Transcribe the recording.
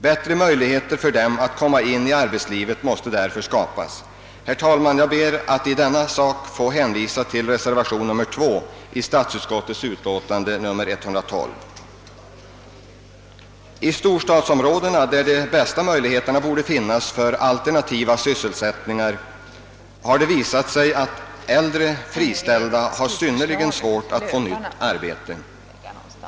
Bättre möjligheter för dem att komma in i arbetslivet måste därför skapas. Herr talman! Jag ber att i denna sak få hänvisa till reservation nr 2 i statsutskottets utlåtande nr 112. I storstadsområdena, som borde erbjuda de bästa möjligheterna till alternativa sysselsättningar, har det visat sig att äldre friställda har synnerligen svårt att få nytt arbete.